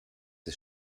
ist